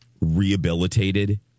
rehabilitated